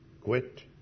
quit